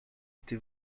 été